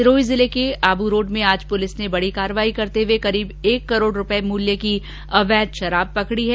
सिरोही जिले के आबूरोड में पुलिस ने आज बडी कार्रवाई कैरते हुए करीब एक करोड रूपए मुल्य की अवैघ शराब पकड़ी है